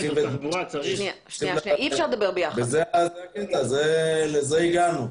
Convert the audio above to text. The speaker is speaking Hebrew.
לזה הגענו.